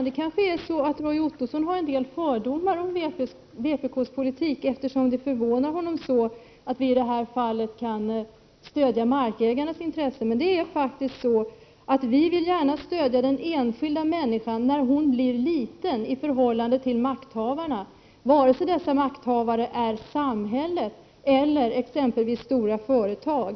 Herr talman! Roy Ottosson kanske har en del fördomar om vpk:s politik, eftersom det förvånar honom att vi i detta fall kan stödja markägarnas intressen. Vi vill faktiskt gärna stödja den enskilda människan när hon blir liten i förhållande till makthavarna, vare sig dessa makthavare är samhället eller exempelvis stora företag.